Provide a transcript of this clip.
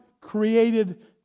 created